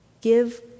give